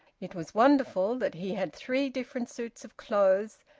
it was wonderful that he had three different suits of clothes,